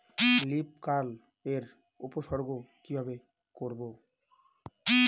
Leaf curl এর উপসর্গ কিভাবে করব?